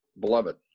beloved